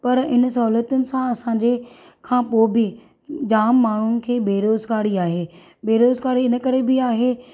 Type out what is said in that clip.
पर हिन सहुलियतुनि सां असांजे खां पोइ बि जामु माण्हुनि खे बेरोज़गारी आहे बेरोज़गारी इन करे बि आहे